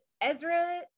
Ezra